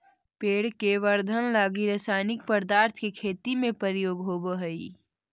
पेड़ के वर्धन लगी रसायनिक पदार्थ के खेती में प्रयोग होवऽ हई